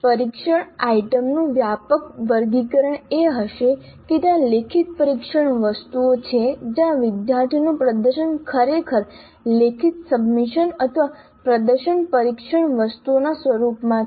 પરીક્ષણ આઇટમનું વ્યાપક વર્ગીકરણ એ હશે કે ત્યાં લેખિત પરીક્ષણ વસ્તુઓ છે જ્યાં વિદ્યાર્થીનું પ્રદર્શન ખરેખર લેખિત સબમિશન અથવા પ્રદર્શન પરીક્ષણ વસ્તુઓના સ્વરૂપમાં છે